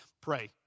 Pray